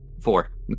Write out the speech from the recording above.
four